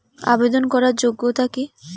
আবেদন করার যোগ্যতা কি?